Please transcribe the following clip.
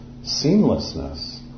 seamlessness